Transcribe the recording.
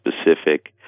specific